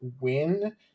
win